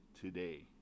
today